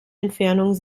entfernung